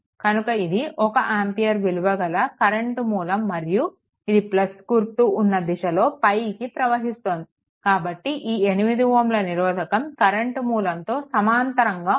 కనుక ఇది 1 ఆంపియర్ విలువ గల కరెంట్ మూలం మరియు ఇది గుర్తు ఉన్న దిశలో పైకి ప్రవహిస్తుంది కాబట్టి ఈ 8 Ωల నిరోధకం కరెంట్ మూలంతో సమాంతరంగా ఉంది